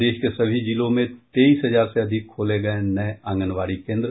प्रदेश के सभी जिलों में तेईस हजार से अधिक खोले गये नये आंगनबाड़ी केन्द्र